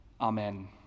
Amen